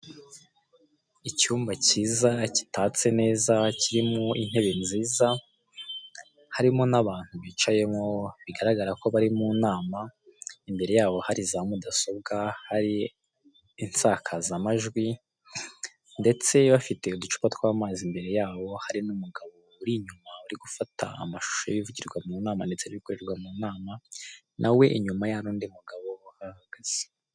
Icyumba cyiza gitatse neza kirimo intebe nziza harimo n'abantu bicayemo bigaragara ko bari mu nama imbere yabo hari za mudasobwa hari insakazamajwi ndetse bafite uducupa tw'amazi imbere yabo hari n'umugabo uri inyuma uri gufata amashusho y'ibivugirwa mu nama ndetse 'ibikorerwa mu nama nawe inyuma ye hari undi mugabo uhahagaze.